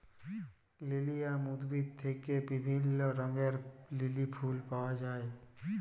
lilium উদ্ভিদ থেক্যে বিভিল্য রঙের লিলি ফুল পায়া যায়